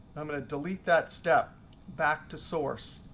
i'm going to delete that step back to source.